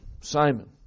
Simon